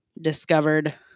discovered